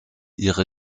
ihre